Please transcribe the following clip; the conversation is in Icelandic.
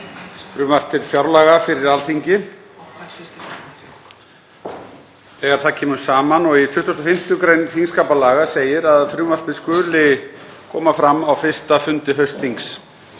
fram frumvarp til fjárlaga fyrir Alþingi þegar það kemur saman og í 25. gr. þingskapalaga segir að frumvarpið skuli lagt fram á fyrsta fundi haustþings.